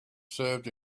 served